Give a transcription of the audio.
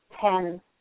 Ten